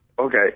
Okay